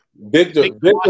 Victor